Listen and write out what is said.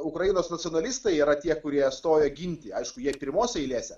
ukrainos nacionalistai yra tie kurie stoja ginti aišku jie pirmose eilėse